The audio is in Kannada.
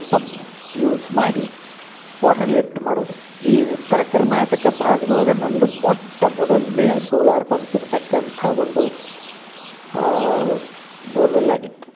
ಪಂಪ್ ಯೂಸ್ ಮಾಡಿ ವಾಟರ್ ಲಿಫ್ಟ್ ಮಾಡೋದು ಈ ಉತ್ತರ ಕರ್ನಾಟಕ ಭಾಗ್ದೊಳಗ ನನ್ನದು ಮೊಟ್ಟ ಮೊದಲನೇ ಸೋಲಾರ್ ಪಂಪ್ ಇರ್ತಕ್ಕಂಥ ಒಂದು ಬೋರ್ವೆಲ್ ಆಗಿತ್ತು